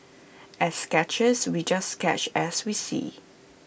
as sketchers we just sketch as we see